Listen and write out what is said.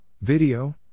Video